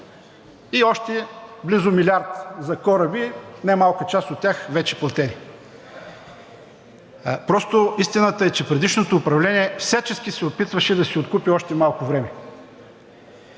и още близо милиард за кораби, немалка част от тях вече платени. Просто истината е, че предишното управление всячески се опитваше да си откупи още малко време.